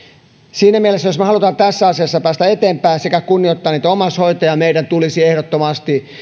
siinä mielessä jos me haluamme tässä asiassa päästä eteenpäin sekä kunnioittaa omaishoitajia meidän tulisi ehdottomasti